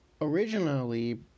originally